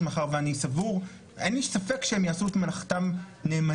מאחר ואין לי ספק שהם יעשו את מלאכתם נאמנה.